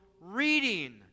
reading